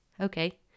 Okay